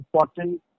important